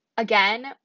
Again